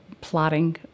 plotting